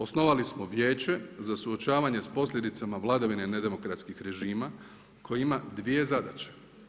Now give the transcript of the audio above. Osnivali smo Vijeće za suočavanje sa posljedicama vladavine nedemokratskih režima koji ima dvije zadaće.